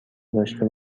داشته